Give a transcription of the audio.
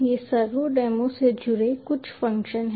ये सर्वोडेमो से जुड़े कुछ फंक्शन हैं